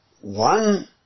One